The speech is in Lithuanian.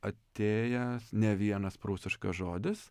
atėjęs ne vienas prūsiškas žodis